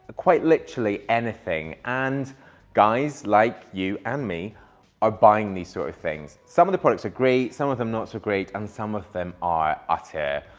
ah quite literally anything. and guys like you and me are buying these sort of things. some of the products are great. some of them not so great. and some of them are at a.